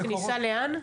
בכניסה לאן?